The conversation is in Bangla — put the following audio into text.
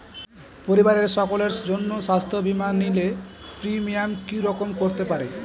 পরিবারের সকলের জন্য স্বাস্থ্য বীমা নিলে প্রিমিয়াম কি রকম করতে পারে?